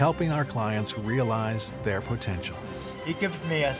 helping our clients realize their potential it gives me